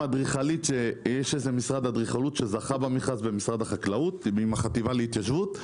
עם משרד אדריכלות שזכה במכרז עם החטיבה להתיישבות.